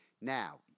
Now